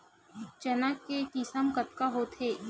चना के किसम कतका होथे?